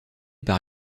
par